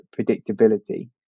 predictability